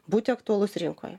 būti aktualus rinkoje